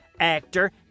actor